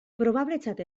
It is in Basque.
probabletzat